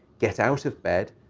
get out of bed,